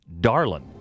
Darlin